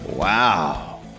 Wow